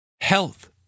health